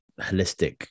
holistic